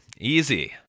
Easy